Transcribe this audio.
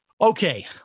Okay